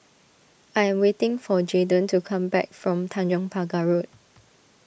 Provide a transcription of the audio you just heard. I am waiting for Jaeden to come back from Tanjong Pagar Road